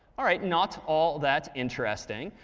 all right. not all that interesting.